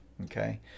Okay